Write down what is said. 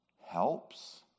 helps